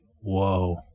Whoa